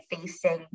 facing